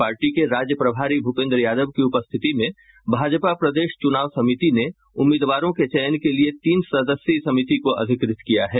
party के राज्य प्रभारी भूपेन्द्र यादव की उपस्थिति में भाजपा प्रदेश चूनाव समिति ने उम्मीदवारों के चयन के लिये तीन सदस्यी समिति को अधिकृत किया है